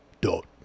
dot